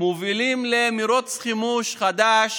מובילים למרוץ חימוש חדש